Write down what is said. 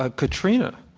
ah katrina.